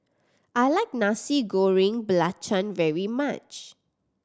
I like Nasi Goreng Belacan very much